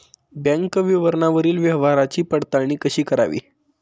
Bank विवरणावरील व्यवहाराची पडताळणी कशी करावी?